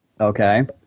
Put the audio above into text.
Okay